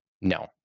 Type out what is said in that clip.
no